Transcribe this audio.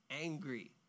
angry